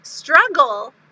struggle